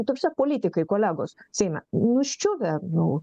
ta prasme politikai kolegos seime nuščiuvę nu